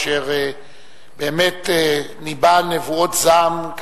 אשר באמת ניבא נבואות זעם,